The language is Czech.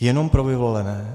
Jenom pro vyvolené?